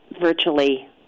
virtually